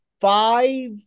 five